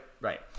right